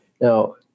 Now